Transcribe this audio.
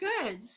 good